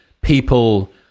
people